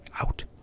Out